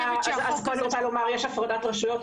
יש הפרדת רשויות.